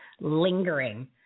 lingering